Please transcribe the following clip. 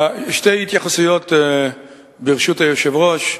שתי התייחסויות, ברשות היושב-ראש,